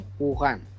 Wuhan